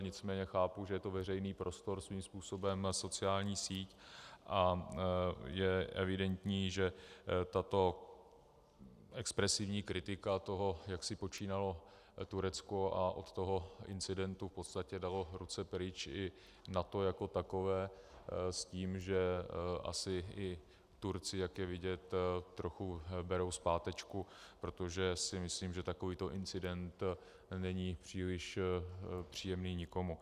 Nicméně chápu, že je to veřejný prostor svým způsobem na sociální síti, a je evidentní, že tato expresivní kritika toho, jak si počínalo Turecko, a od toho incidentu v podstatě dalo ruce pryč i NATO jako takové, s tím, že asi i Turci, jak je vidět, trochu berou zpátečku, protože si myslím, že takovýto incident není příliš příjemný nikomu.